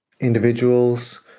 individuals